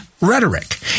rhetoric